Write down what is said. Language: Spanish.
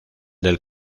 del